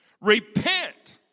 Repent